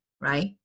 right